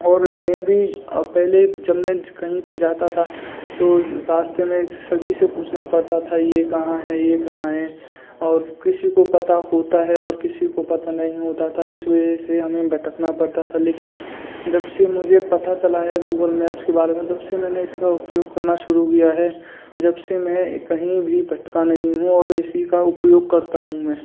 और मैं भी और पहले जब मैं ज कहीं पर जाता था तो रास्ते में सभी से पूछना पड़ता था यह कहाँ है यह कहाँ है और किसी को पता होता है और किसी को पता नहीं होता था इस वजह से हमें भटकना पड़ता था लेकिन जब से मुझे पता चला है गूगल मैप्स के बारे में जब से मैंने इसका उपयोग करना शुरू किया है जब से मैं कहीं भी भटका नहीं हूँ और इसी का उपयोग करता हूँ मैं